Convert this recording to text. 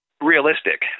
realistic